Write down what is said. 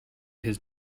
his